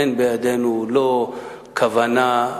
אין בידנו לא כוונה,